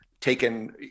taken